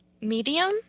medium